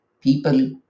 people